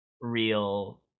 real